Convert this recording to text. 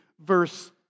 verse